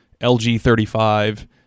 LG35